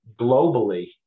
Globally